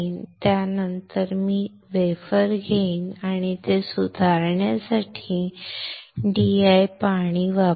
त्यानंतर मी वेफर घेईन आणि ते धुण्यासाठी DI पाणी वापरेन